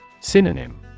Synonym